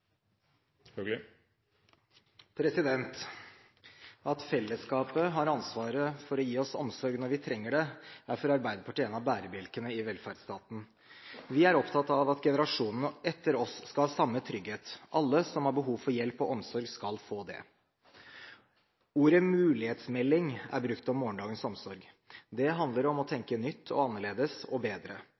minutter. At fellesskapet har ansvar for å gi oss omsorg når vi trenger det, er for Arbeiderpartiet en av bærebjelkene i velferdsstaten. Vi er opptatt av at generasjonene etter oss skal ha samme trygghet. Alle som har behov for hjelp og omsorg, skal få det. Ordet «mulighetsmelding» er brukt om Morgendagens omsorg. Det handler om å tenke nytt, annerledes og bedre.